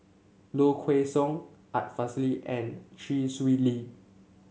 Low Kway Song Art Fazil and Chee Swee Lee